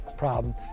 problem